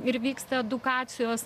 ir vyksta edukacijos